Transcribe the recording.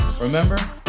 Remember